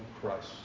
Christ